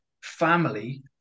family